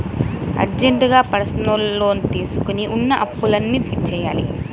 అర్జెంటుగా personal loan తీసుకొని ఉన్న అప్పులన్నీ తీర్చేయ్యాలి